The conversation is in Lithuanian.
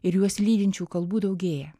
ir juos lydinčių kalbų daugėja